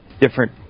different